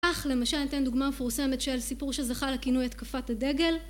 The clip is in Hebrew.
כך למשל אתן דוגמה מפורסמת של סיפור שזכה לכינוי התקפת הדגל